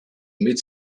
mid